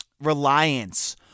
reliance